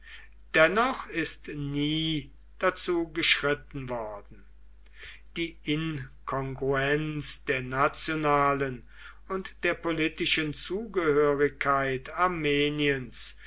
dennoch ist nie dazu geschritten worden die inkongruenz der nationalen und der politischen zugehörigkeit armeniens